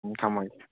ꯎꯝ ꯊꯝꯃꯒꯦ